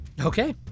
Okay